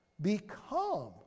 Become